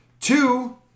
Two